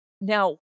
Now